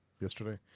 yesterday